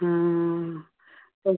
हाँ तो